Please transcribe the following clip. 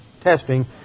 testing